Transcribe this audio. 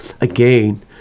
again